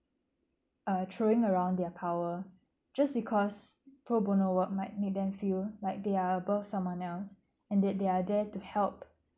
uh throwing around their power just because pro bono work might make them feel like they are above someone else and that they are there to help